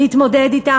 להתמודד אתם,